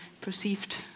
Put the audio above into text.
perceived